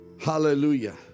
Hallelujah